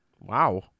Wow